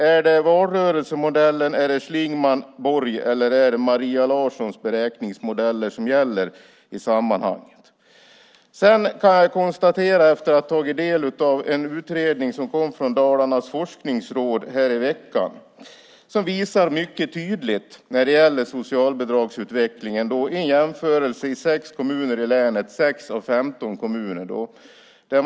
Är det valrörelsemodellen, Schlingmanns och Borgs modell eller är det Maria Larssons beräkningsmodeller som gäller i sammanhanget? Jag har tagit del av en utredning som kom från Dalarnas forskningsråd här i veckan. Den visar mycket tydligt socialbidragsutvecklingen. Det är en jämförelse av sex av 15 kommuner i länet.